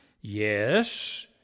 Yes